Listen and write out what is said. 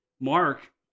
Mark